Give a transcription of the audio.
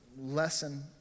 lesson